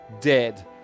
dead